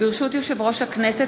ברשות יושב-ראש הכנסת,